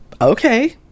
okay